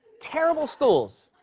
terrible schools.